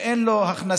אין לו הכנסה,